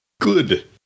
Good